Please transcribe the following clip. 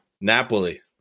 Napoli